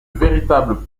véritables